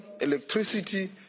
electricity